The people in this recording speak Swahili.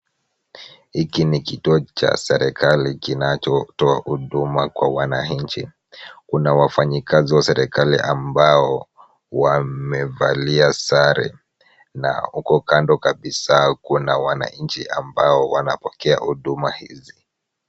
Hiki ni kituo cha serikali kinachotoa huduma kwa wananchi. Kuna wafanyikazi wa serikali ambao wamevalia sare na huko kando kabisa kuna wananchi ambao wanapokea huduma hizi.